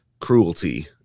cruelty